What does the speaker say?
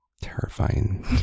Terrifying